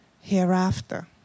hereafter